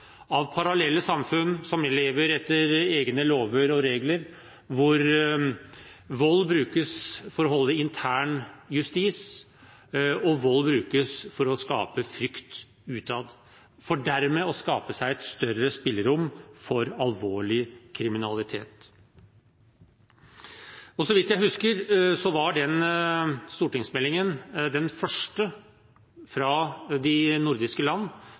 av skyggesamfunn, av parallelle samfunn som lever etter egne lover og regler, hvor vold brukes for å holde intern justis og vold brukes for å skape frykt utad, for dermed å skape seg et større spillerom for alvorlig kriminalitet. Så vidt jeg husker, var den stortingsmeldingen den første fra de nordiske land